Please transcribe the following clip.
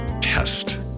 test